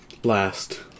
Blast